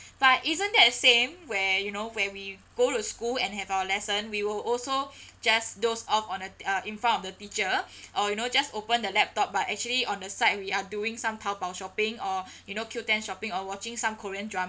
but isn't that the same where you know where we go to school and have our lesson we will also just doze off on a uh in front of the teacher or you know just open the laptop but actually on the side we are doing some taobao shopping or you know qoo ten shopping or watching south korean drama